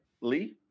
Lee